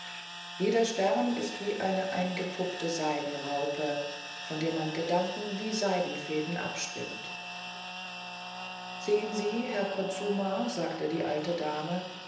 jeder stern ist wie eine eingepuppte seidenraupe von der man gedanken wie seidenfäden abspinnt sehen sie herr kutsuma sagte die alte dame